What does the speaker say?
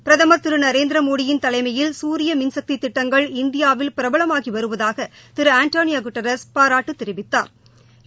பிரதம் திரு நரேந்திரமோடியின் தலைமையில் சூரிய மின் சக்தி திட்டங்கள் இந்தியாவில் பிரபலமாகி வருவதாக திரு ஆண்டோனியோ குட்டாரஸ் பாராட்டு தெரிவித்தாா்